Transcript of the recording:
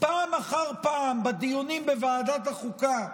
פעם אחר פעם בדיונים בוועדת החוקה